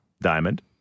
diamond